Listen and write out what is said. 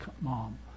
mom